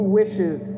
wishes